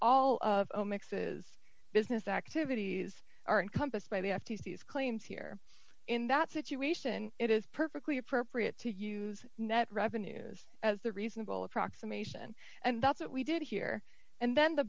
all of mixes business activities are encompassed by the f t c as claims here in that situation it is perfectly appropriate to use net revenues as a reasonable approximation and that's what we did here and then the